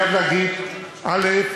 אדוני היושב-ראש,